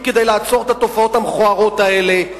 כדי לעצור את התופעות המכוערות האלה.